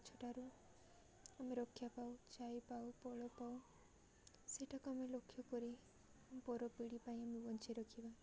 ଗଛଠାରୁ ଆମେ ରକ୍ଷା ପାଉ ଛାଇ ପାଉ ଫଳ ପାଉ ସେଇଠାକୁ ଆମେ ଲକ୍ଷ୍ୟ କରି ପର ପିଢ଼ି ପାଇଁ ଆମେ ବଞ୍ଚେଇ ରଖିବା